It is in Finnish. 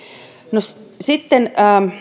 sitten